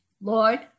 Lord